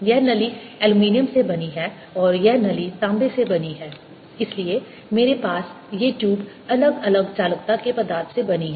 यह नली एल्युमिनियम से बनी है और यह नली तांबे से बनी है इसलिए मेरे पास ये ट्यूब अलग अलग चालकता के पदार्थ से बनी हैं